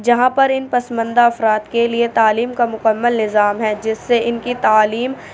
جہاں پر ان پسماندہ افراد کے لیے تعلیم کا مکمل نظام ہے جس سے ان کی تعلیم